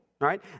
Right